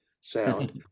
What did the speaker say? sound